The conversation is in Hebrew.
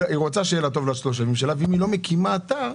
היא רוצה שיהיה לה טוב ואם היא לא מקימה אתר,